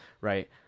right